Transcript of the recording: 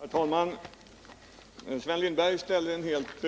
Herr talman! Sven Lindberg ställde en helt